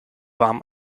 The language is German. warm